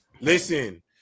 Listen